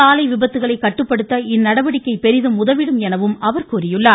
சாலை விபத்துகளை கட்டுப்படுத்த இந்நடவடிக்கை பெரிதும் உதவிடும் என அவர் கூறியுள்ளார்